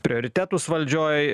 prioritetus valdžioj